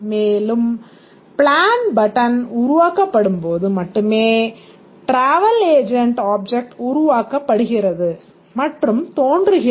மற்றும் மேலும் plan button உருவாக்கப்படும்போது மட்டுமே டிராவல் ஏஜென்ட் ஆப்ஜெக்ட் உருவாக்கப்படுகிறது மற்றும் தோன்றுகிறது